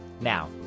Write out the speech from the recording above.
Now